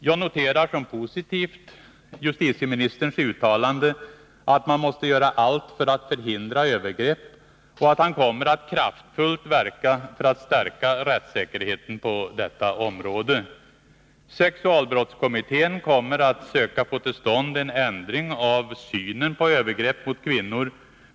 Jag noterar som positivt justitieministerns uttalande att man måste göra allt för att förhindra övergrepp och att han kommer att kraftfullt verka för att stärka rättssäkerheten på detta område. Sexualbrottskommittén kommer att söka få till stånd en ändring av synen på övergrepp mot kvinnor.